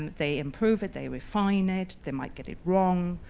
they improve it. they refine it. they might get it wrong.